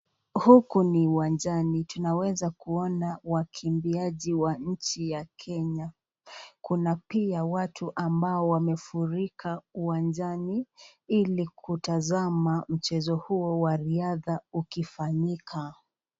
Huku ni uwanjani, tunaweza kuona wakimbiaji wa nchi ya Kenya. Kuna pia watu ambao wamefurika uwanjani ili kutazama mchezo huo wa riatha ukifanyika.